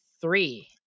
three